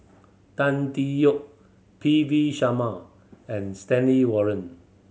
Tan Tee Yoke P V Sharma and Stanley Warren